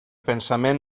pensament